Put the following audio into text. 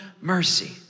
mercy